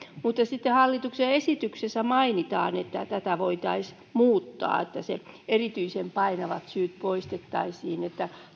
mutta sitten hallituksen esityksessä mainitaan että tätä voitaisiin muuttaa niin että se erityisen painat syyt poistettaisiin